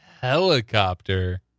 helicopter